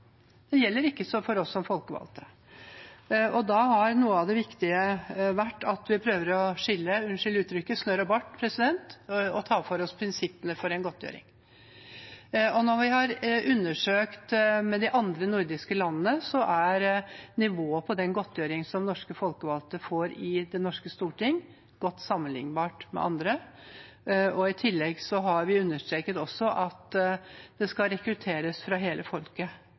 gjelder ikke for oss som folkevalgte. Da har noe av det viktige vært at vi prøver å skille snørr og bart – unnskyld uttrykket – og tar for oss prinsippene for en godtgjøring. Når vi har undersøkt hos de andre nordiske landene, er nivået på den godtgjøringen som norske folkevalgte får i det norske storting, godt sammenlignbar med andre. I tillegg har vi understreket at det skal rekrutteres fra hele folket,